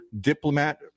Diplomat